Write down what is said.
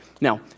Now